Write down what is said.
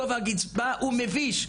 גובה הקצבה הוא מביש,